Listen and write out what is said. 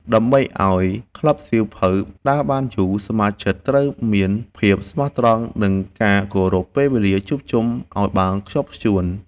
ដើម្បីឱ្យក្លឹបសៀវភៅដើរបានយូរ សមាជិកត្រូវមានភាពស្មោះត្រង់ និងការគោរពពេលវេលាជួបជុំឱ្យបានខ្ជាប់ខ្ជួន។